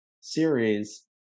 series